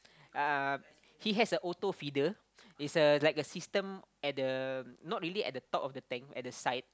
um he has a auto feeder is a like a system at the not really at the top of the tank at the side